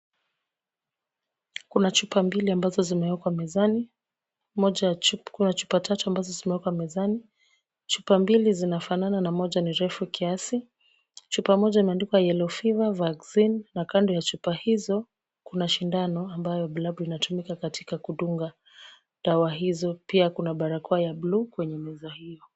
Kuna chupa mbili ambazo zimewekwa mezani. Moja ya chupa kuna chupa tatu ambazo zimewekwa mezani. Chupa mbili zinafanana na moja ni refu kiasi. Chupa moja imeandikwa yellow fever vaccine na kando ya chupa hizo kuna sindano ambayo glavu inatumika katika kudunga dawa hizo. Pia kuna barakoa ya bluu kwenye meza hiyo.